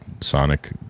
Sonic